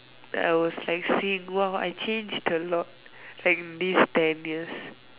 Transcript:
I was like saying !wah! I changed a lot like in this ten years